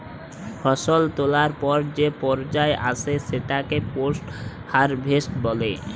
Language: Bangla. ফসল তোলার পর যে পর্যা আসে সেটাকে পোস্ট হারভেস্ট বলে